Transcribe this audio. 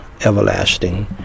everlasting